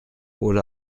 oder